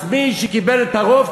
אז מי שקיבל את הרוב,